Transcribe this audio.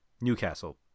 Newcastle